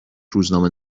روزنامه